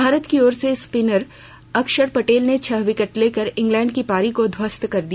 भारत की ओर से स्पीनर अक्षर पटेल ैने छह विकेट लेकर इंगलैंड की पारी को ध्वस्त कर दिया